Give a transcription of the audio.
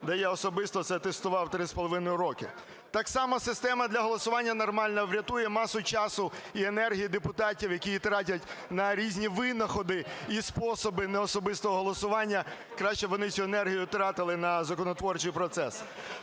де я особисто це тестував 3,5 роки. Так само система для голосування нормальна врятує масу часу і енергії депутатів, які її тратять на різні винаходи і способи неособистого голосування. Краще б вони цю енергію тратили на законотворчий процес.